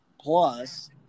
plus